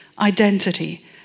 identity